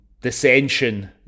dissension